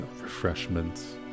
refreshments